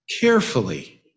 carefully